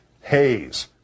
Hayes